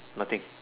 nothing